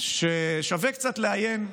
ושווה קצת לעיין,